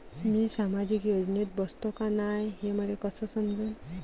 मी सामाजिक योजनेत बसतो का नाय, हे मले कस समजन?